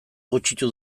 gutxitu